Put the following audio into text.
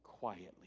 quietly